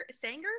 sanger